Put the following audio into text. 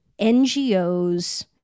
NGOs